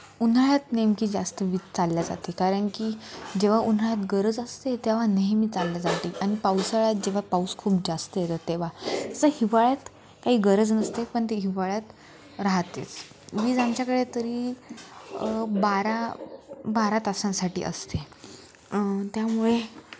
उन्हाळ्यात नेमकी जास्त वीज चालली जाते कारण की जेव्हा उन्हाळ्यात गरज असते तेव्हा नेहमी चालली जाते आणि पावसाळ्यात जेव्हा पाऊस खूप जास्त येतं तेव्हा जसं हिवाळ्यात काही गरज नसते पण ते हिवाळ्यात राहतेच वीज आमच्याकडे तरी बारा बारा तासांसाठी असते त्यामुळे